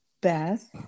Beth